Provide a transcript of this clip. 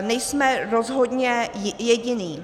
Nejsme rozhodně jediní.